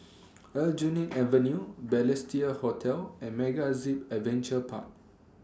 Aljunied Avenue Balestier Hotel and MegaZip Adventure Park